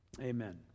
Amen